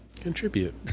Contribute